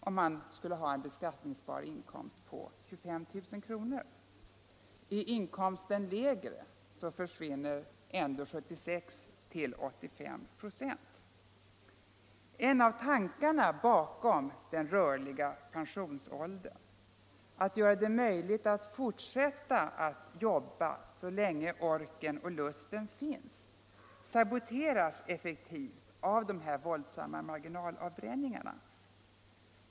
Om inkomsten är lägre försvinner i alla fall 76-85 96. En av tankarna bakom den rörliga pensionsåldern — att göra det möjligt att fortsätta att jobba så länge orken och lusten finns — saboteras effektivt av dessa våldsamma marginalavbränningar.